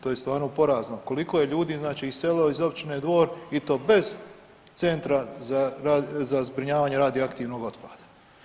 To je stvarno porazno koliko je ljudi znači iselilo iz općine Dvor i to bez centra za zbrinjavanje radioaktivnog otpada.